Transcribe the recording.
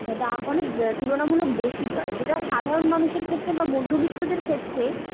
দাম অনেক তুলনামূলক বেশি হয় যেটা সাধারণ মানুষের ক্ষেত্রে বা মধ্যবিত্তদের ক্ষেত্রে